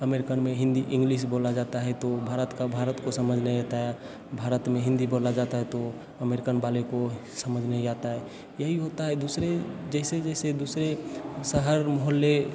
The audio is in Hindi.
अमेरिकन में हिंदी इंग्लिश बोला जाता है तो भारत का भारत को समझ में आता है भारत में हिंदी बोला जाता है तो अमेरिकन वाले को समझ नहीं आता है यही होता है दूसरे जैसे जैसे दूसरे शहर मोहल्ले